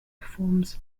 performs